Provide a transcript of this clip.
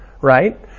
right